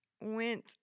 went